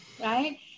right